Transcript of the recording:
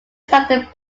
started